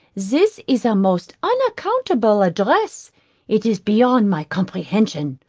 this is a most unaccountable address it is beyond my comprehension.